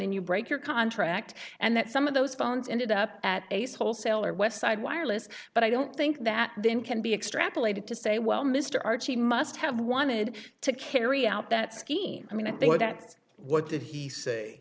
then you break your contract and that some of those phones ended up at ace wholesale or westside wireless but i don't think that then can be extrapolated to say well mr archie must have wanted to carry out that scheme i mean if they were that's what did he say